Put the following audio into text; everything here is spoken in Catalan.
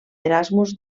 erasmus